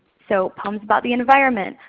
so poems about the environment,